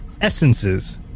essences